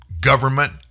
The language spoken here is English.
government